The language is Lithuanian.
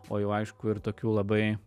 o jau aišku ir tokių labai